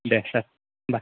दे सार दे